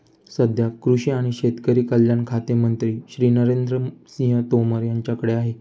सध्या कृषी आणि शेतकरी कल्याण खाते मंत्री श्री नरेंद्र सिंह तोमर यांच्याकडे आहे